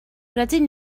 rydyn